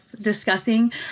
discussing